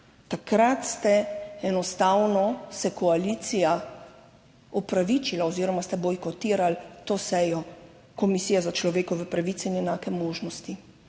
Takrat ste enostavno se koalicija opravičila oziroma ste bojkotirali to sejo Komisije za človekove pravice in enake možnosti.